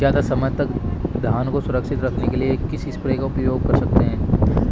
ज़्यादा समय तक धान को सुरक्षित रखने के लिए किस स्प्रे का प्रयोग कर सकते हैं?